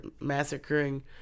massacring